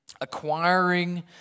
acquiring